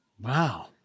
Wow